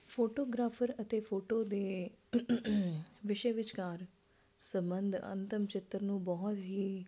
photographer ਅਤੇ photo ਦੇ ਵਿਸ਼ੇ ਵਿਚਕਾਰ ਸੰਬੰਧ ਅੰਤਿਮ ਚਿੱਤਰ ਨੂੰ ਬਹੁਤ ਹੀ